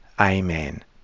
Amen